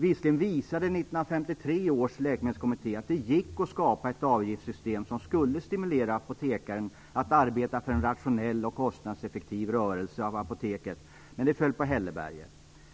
Visserligen visade 1953 års läkemedelskommitté att det gick att skapa ett avgiftssystem som skulle stimulera apotekaren att arbeta för en rationell och kostnadseffektiv rörelse av apoteket, men det föll på hälleberget.